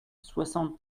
soixante